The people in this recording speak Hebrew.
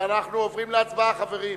אנחנו עוברים להצבעה, חברים.